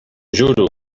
juro